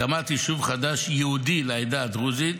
הקמת יישוב חדש ייעודי לעדה הדרוזית,